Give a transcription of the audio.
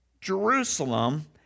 Jerusalem